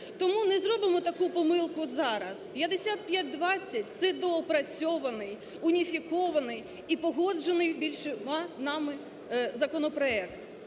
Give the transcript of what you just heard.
Тому не зробимо таку помилку зараз. 5520 – це доопрацьований, уніфікований і погоджений багатьма нами законопроект.